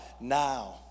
now